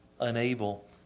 unable